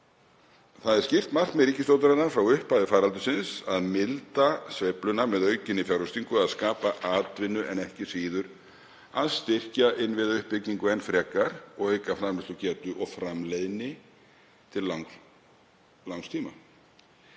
Það er skýrt markmið ríkisstjórnarinnar frá upphafi faraldursins að milda sveifluna með aukinni fjárfestingu, að skapa atvinnu en ekki síður að styrkja innviðauppbyggingu enn frekar og auka framleiðslugetu og framleiðni til langs tíma.